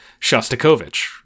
Shostakovich